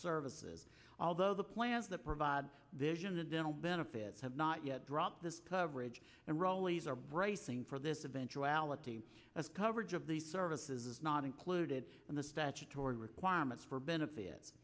services although the plans that provide vision the dental benefits have not yet dropped this coverage and raleigh's are bracing for this eventuality as coverage of the services is not included in the statutory requirements for benefit